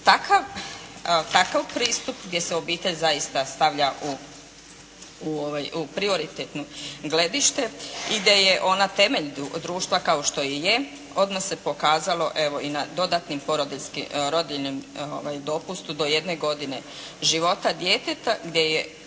takav pristup gdje se obitelj zaista stavlja u prioritetno gledište, i da je ona temelj društva kao što i je, odmah se pokazalo i na dodatnim porodiljskim, rodiljnom dopustu do 1 godine života djeteta, gdje je